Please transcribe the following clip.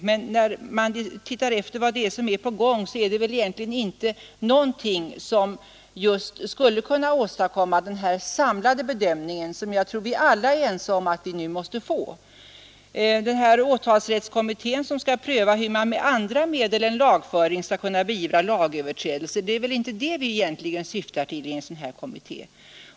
Men när man ser efter vad det är som är på gång finner man, att det egentligen inte är något som skulle kunna åstadkomma den samlade bedömning som jag tror att vi alla är ense om nu måste komma till stånd. Åtalsrättskommittén, som skall pröva hur man med andra medel än lagföring skall beivra lagöverträdelser, är väl egentligen inte vad vi syftar till med en sådan bedömning.